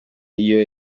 iyo